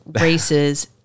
races